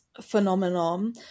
phenomenon